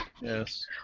yes